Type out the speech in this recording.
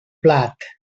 plat